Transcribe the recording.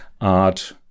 art